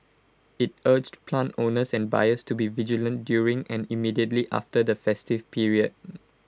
IT urged plant owners and buyers to be vigilant during and immediately after the festive period